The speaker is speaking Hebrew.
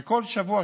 כל שבוע,